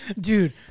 dude